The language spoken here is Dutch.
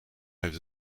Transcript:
heeft